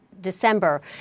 December